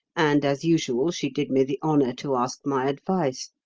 and, as usual, she did me the honour to ask my advice.